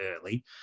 early